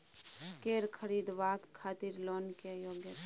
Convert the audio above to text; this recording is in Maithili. कैर खरीदवाक खातिर लोन के योग्यता?